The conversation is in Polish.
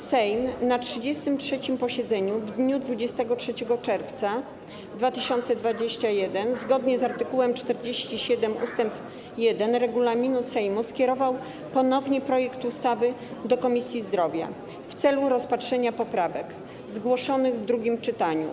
Sejm na 33. posiedzeniu w dniu 23 czerwca 2021 r. zgodnie z art. 47 ust. 1 regulaminu Sejmu skierował ponownie projekt ustawy do Komisji Zdrowia w celu rozpatrzenia poprawek zgłoszonych w drugim czytaniu.